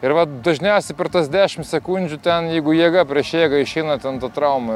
ir vat dažniausiai per tas dešim sekundžių ten jeigu jėga prieš jėgą išeina ten ta trauma